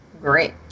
great